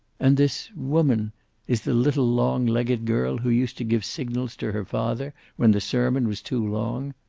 and this woman is the little long-legged girl who used to give signals to her father when the sermon was too long!